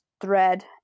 thread